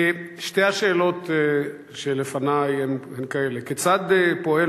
שתי השאלות שלפני הן כאלה: כיצד פועל